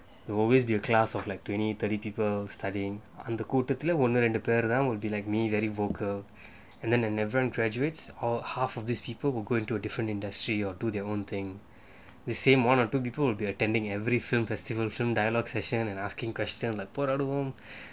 it will always be a class of like twenty thirty people studying அந்த கூட்டத்துல:anta kuttattula will be like me very vocal and then and when everyone graduates half of these people will go into a different industry or do their own thing the same one or two people will be attending every film festival film dialogue session and asking questions like போராடுவோம்:poraaduvom